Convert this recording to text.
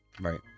right